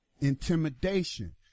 intimidation